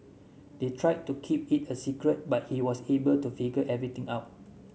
they tried to keep it a secret but he was able to figure everything out